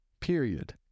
period